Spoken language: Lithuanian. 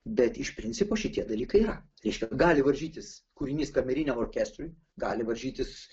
bet iš principo šitie dalykai yra reiškia gali varžytis kūrinys kameriniam orkestrui gali varžytis